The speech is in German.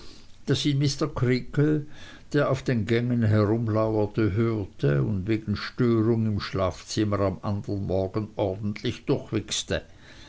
mr creakle der auf den gängen herumlauerte hörte und wegen störung im schlafzimmer am andern morgen ordentlich